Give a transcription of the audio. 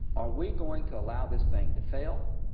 are we going to allow this bank to fail?